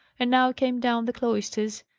and now came down the cloisters,